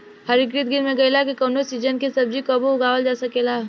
हरितगृह हो गईला से कवनो सीजन के सब्जी कबो उगावल जा सकेला